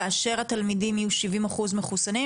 כאשר התלמידים יהיו 70% מחוסנים,